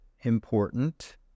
important